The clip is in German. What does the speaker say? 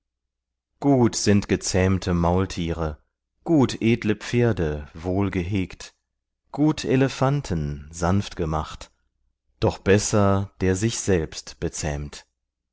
gut sind gezähmte maultiere gut edle pferde wohlgehegt gut elefanten sanft gemacht doch besser der sich selbst bezähmt